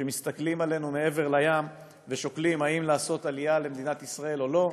שמסתכלים עלינו מעבר לים ושוקלים אם לעשות עלייה למדינת ישראל או לא.